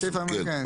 כן.